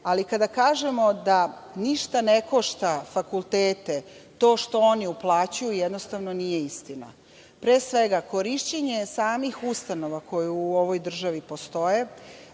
Ali, kada kažemo da ništa ne košta fakultete to što oni uplaćuju, jednostavno nije istina. Pre svega, korišćenje samih ustanova koje u ovoj državi postoje,